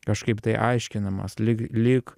kažkaip tai aiškinamas lyg lyg